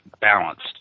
balanced